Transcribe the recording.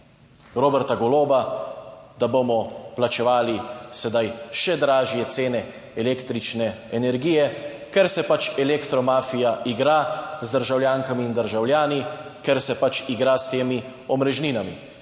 Roberta Goloba, da bomo plačevali sedaj še dražje cene električne energije, ker se pač elektro mafija igra z državljankami in državljani, ker se pač igra s temi omrežninami